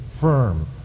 firm